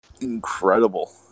incredible